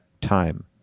time